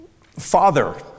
Father